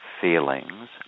feelings